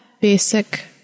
basic